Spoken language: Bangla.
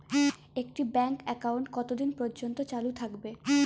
একটা ব্যাংক একাউন্ট কতদিন পর্যন্ত চালু থাকে?